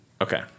Okay